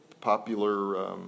popular